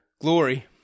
glory